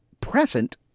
present